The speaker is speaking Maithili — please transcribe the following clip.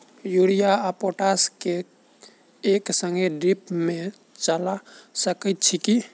यूरिया आ पोटाश केँ एक संगे ड्रिप मे चला सकैत छी की?